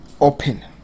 open